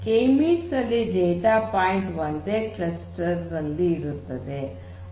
K means ನಲ್ಲಿ data point ಒಂದೇ ಒಂದು ಕ್ಲಸ್ಟರ್ ನಲ್ಲಿರುತ್ತದೆ